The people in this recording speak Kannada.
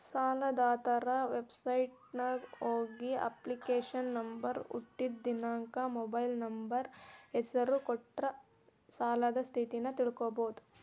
ಸಾಲದಾತರ ವೆಬಸೈಟ್ಗ ಹೋಗಿ ಅಪ್ಲಿಕೇಶನ್ ನಂಬರ್ ಹುಟ್ಟಿದ್ ದಿನಾಂಕ ಮೊಬೈಲ್ ನಂಬರ್ ಹೆಸರ ಕೊಟ್ಟ ಸಾಲದ್ ಸ್ಥಿತಿನ ತಿಳ್ಕೋಬೋದು